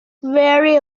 very